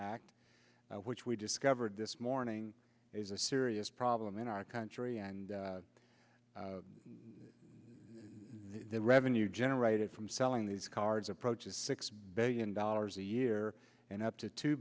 act which we discovered this morning is a serious problem in our country and the revenue generated from selling these cards approaches six billion dollars a year and up to two